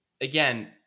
again